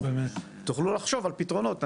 תוכלו לחשוב על פתרונות.